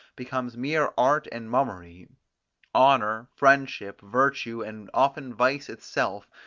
becomes mere art and mummery honour, friendship, virtue, and often vice itself,